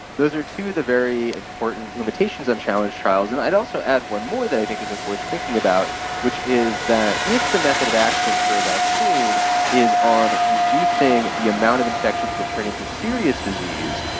those are two of the very important limitations on challenge trials, and i'd also add one more that i think is worth thinking about which is that if the method of action for a vaccine is on reducing the amount of infections that turn into serious disease,